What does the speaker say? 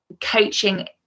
coaching